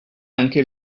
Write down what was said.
anche